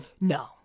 No